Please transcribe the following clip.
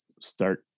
start